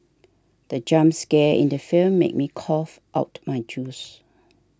the jump scare in the film made me cough out my juice